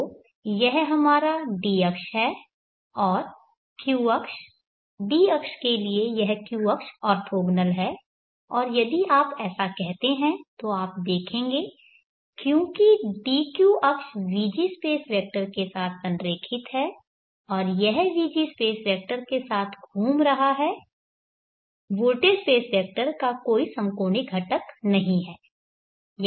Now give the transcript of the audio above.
तो यह हमारा d अक्ष है और q अक्ष d अक्ष के लिए यह q अक्ष ऑर्थोगोनल है और यदि आप ऐसा करते हैं तो आप देखेंगे क्योंकि dq अक्ष vg स्पेस वेक्टर के साथ संरेखित है और यह vg स्पेस वेक्टर के साथ घूम रहा है वोल्टेज स्पेस वेक्टर का कोई समकोणिक घटक नहीं है